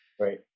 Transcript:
Right